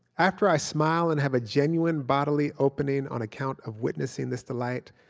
after i smile and have a genuine bodily opening on account of witnessing this delight,